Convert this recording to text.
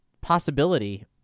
possibility